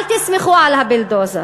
אל תסמכו על הבולדוזר,